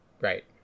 right